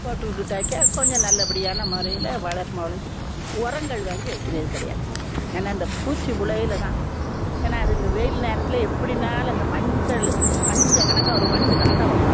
போட்டு விட்டுட்டாக்கா கொஞ்சோம் நல்லபடியான முறையில் வளருமே ஒழிஞ்சி உரங்கள் வாங்கி வைக்கிறது கிடையாது ஏனால் இந்த பூச்சி உலையில் தான் ஏனால் அது இந்த வெயில் நேரத்தில் எப்படின்னாலும் இந்த மஞ்சள் மஞ்சள் கணக்காக ஒரு வண்டு கணக்காக வரும்